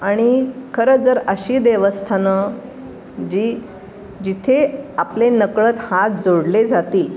आणि खरं जर अशी देवस्थानं जी जिथे आपले नकळत हात जोडले जातील